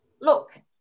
look